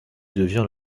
devient